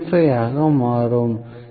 15 ஆக மாறும் எனவே 0